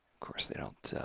course they don't